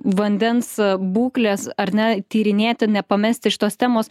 vandens būklės ar ne tyrinėti nepamesti šitos temos